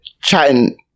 chatting